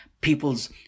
People's